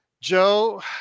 Joe